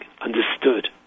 understood